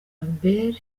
albert